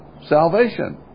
salvation